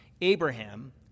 Abraham